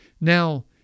Now